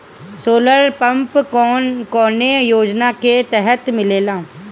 Solar pump कौने योजना के तहत मिलेला?